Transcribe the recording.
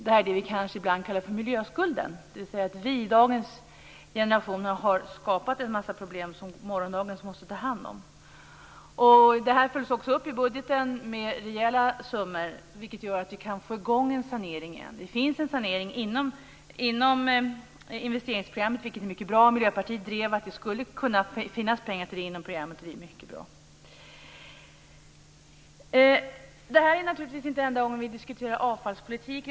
Det är detta vi ibland kallar miljöskulden, dvs. att vi i dagens generation har skapat en massa problem som morgondagens generation måste ta hand om. Det här följs också upp i budgeten med rejäla summor, vilket gör att vi kan få i gång en sanering igen. Det finns en sanering inom investeringsprogrammet, vilket är mycket bra. Miljöpartiet drev att det skulle kunna finnas pengar till detta inom programmet. Det är mycket bra. Det här är naturligtvis inte den enda gången vi diskuterar avfallspolitik.